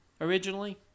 originally